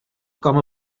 com